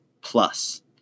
plus